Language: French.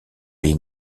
les